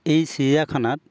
এই চিৰিয়াখানাত